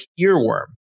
earworm